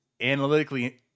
analytically